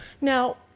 now